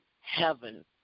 heaven